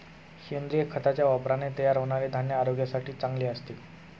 सेंद्रिय खताच्या वापराने तयार होणारे धान्य आरोग्यासाठी चांगले असते